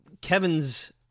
Kevin's